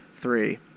Three